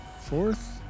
Fourth